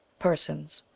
persons.